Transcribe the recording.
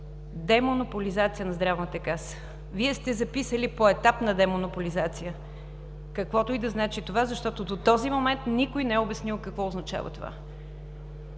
демонополизация на Здравната каса. Вие сте записали поетапна демонополизация, каквото и да значи това, защото до този момент никой не е обяснил какво означава това.